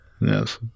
Yes